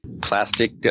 plastic